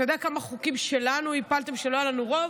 אתה יודע כמה חוקים שלנו הפלתם כשלא היה לנו רוב?